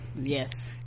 yes